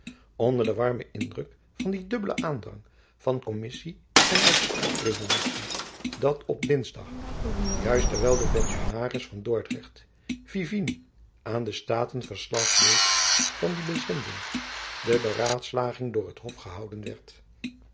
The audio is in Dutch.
onder den warmen indruk van dien dubbelen aandrang van commissie en extract resolutie dat op dingsdag juist terwijl de pensionaris van dordrecht vivien aan de staten verslag deed van die bezending de beraadslaging door het hof gehouden werd